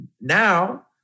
now